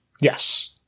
Yes